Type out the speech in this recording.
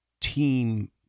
team